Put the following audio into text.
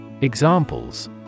Examples